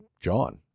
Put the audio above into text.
John